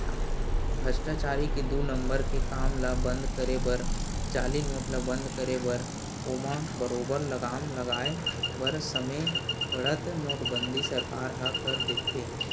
भस्टाचारी के दू नंबर के काम ल बंद करे बर जाली नोट ल बंद करे बर ओमा बरोबर लगाम लगाय बर समे पड़त नोटबंदी सरकार ह कर देथे